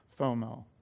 FOMO